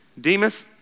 Demas